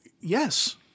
Yes